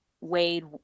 wade